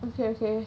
okay okay